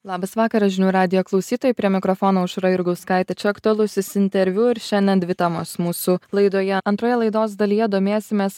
labas vakaras žinių radijo klausytojai prie mikrofono aušra jurgauskaitė čia aktualusis interviu ir šiandien dvi temos mūsų laidoje antroje laidos dalyje domėsimės